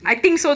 ya